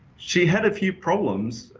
she had a few problems.